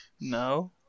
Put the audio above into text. No